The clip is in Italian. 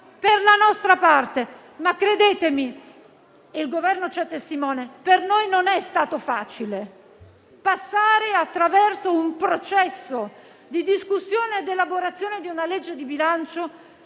per la nostra parte. Ma credetemi - il Governo ci è testimone - per noi non è stato facile passare attraverso un processo di discussione ed elaborazione di una legge di bilancio